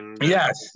Yes